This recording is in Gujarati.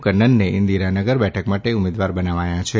કન્નનને ઇન્દિરાનગર બેઠક માટે ઉમેદવાર બનાવ્યા છે